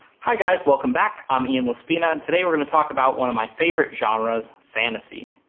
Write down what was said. hi, guys welcome back. i'm ian laspina and today we're going to talk about one of my favorite genres fantasy.